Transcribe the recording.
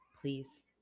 please